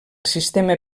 sistema